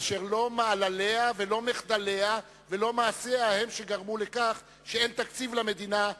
אשר לא מעלליה ולא מחדליה ולא מעשיה הם שגרמו לכך שאין תקציב למדינה,